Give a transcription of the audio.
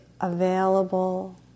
available